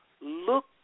Look